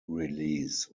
release